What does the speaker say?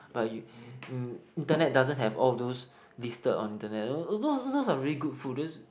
but you um internet doesn't have all of those listed on the net you know those are very good food